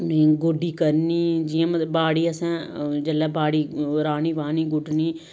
उ'नेंगी गोड्डी करनी जियां मतलब बाड़ी असें जेल्लै बाड़ी ओह् राह्नी बाह्नी गुड्डनी